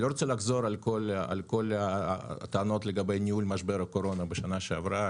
אני לא רוצה לחזור על כל הטענות לגבי ניהול משבר הקורונה בשנה שעברה,